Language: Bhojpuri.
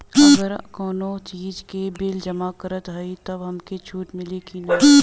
अगर कउनो चीज़ के बिल जमा करत हई तब हमके छूट मिली कि ना?